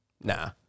Nah